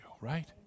right